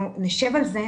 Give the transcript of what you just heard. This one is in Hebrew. אנחנו נשב על זה,